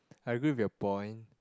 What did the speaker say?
I agree with your point